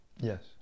yes